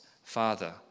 Father